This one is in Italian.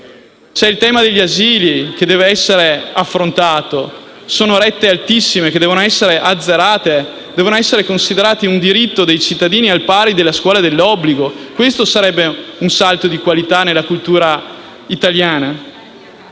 C'è il tema degli asili che dev'essere affrontato: si pagano rette altissime, che devono essere azzerate. La frequentazione degli asili deve essere considerata un diritto dei cittadini, al pari della scuola dell'obbligo; questo sarebbe un salto di qualità nella cultura italiana.